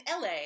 la